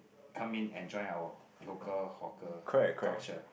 come in and join our local hawker culture